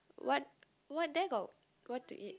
what what there got what to eat